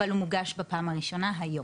אבל הוא מוגש בפעם הראשונה היום.